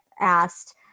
asked